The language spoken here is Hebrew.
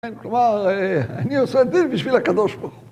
כלומר, אני עושה את זה בשביל הקדוש ברוך הוא